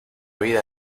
vida